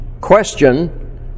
Question